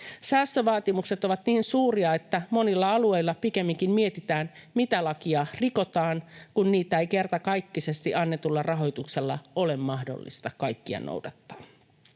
Säästövaatimukset ovat niin suuria, että monilla alueilla pikemminkin mietitään, mitä lakia rikotaan, kun kaikkia vaatimuksia ei kertakaikkisesti annetulla rahoituksella ole mahdollista noudattaa.